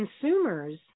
consumers